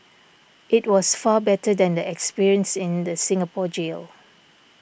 it was far better than the experience in the Singapore jail